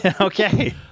Okay